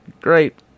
great